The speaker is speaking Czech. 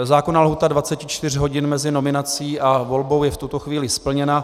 Zákonná lhůta 24 hodin mezi nominací a volbou je v tuto chvíli splněna.